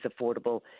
affordable